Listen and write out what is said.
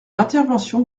intervention